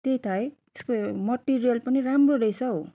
त्यही त है त्यसको मटेरियल पनि राम्रो रहेछ हौ